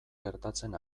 gertatzen